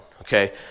Okay